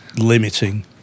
limiting